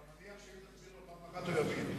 אתה מניח שאם תסביר לו פעם אחת הוא יבין?